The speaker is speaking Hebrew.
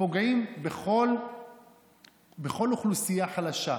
פוגעים בכל אוכלוסייה חלשה,